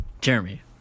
Jeremy